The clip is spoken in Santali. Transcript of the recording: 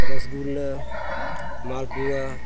ᱨᱚᱥᱜᱩᱞᱞᱟᱹ ᱢᱟᱞᱯᱩᱣᱟᱹ